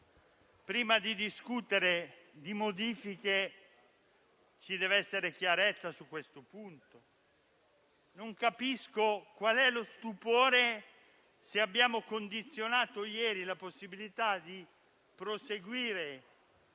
prima di discutere sulle modifiche, ci dev'essere chiarezza su questo punto. Non capisco quale sia lo stupore, se ieri abbiamo condizionato la possibilità di proseguire